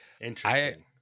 Interesting